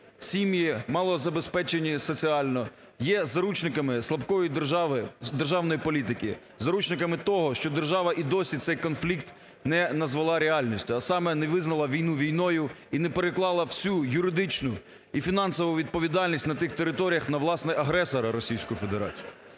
сім'ї, малозабезпечені соціально, є заручниками слабкої держави, державної політики. Заручниками того, що держава і досі цей конфлікт не назвала реальністю, а саме: не визнала війну війною і не переклала всю юридичну і фінансову відповідальність на тих територіях на власне агресора – Російську Федерацію.